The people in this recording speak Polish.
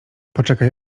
poczekaj